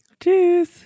Cheers